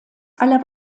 aller